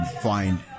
find